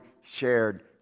shared